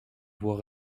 voies